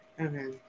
Okay